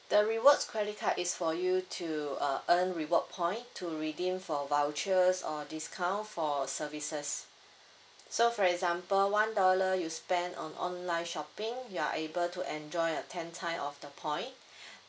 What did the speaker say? the rewards credit card is for you to uh earn reward point to redeem for vouchers or discount for services so for example one dollar you spend on online shopping you are able to enjoy a ten time of the point